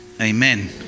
Amen